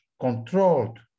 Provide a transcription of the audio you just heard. controlled